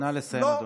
נא לסיים.